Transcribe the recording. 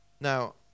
now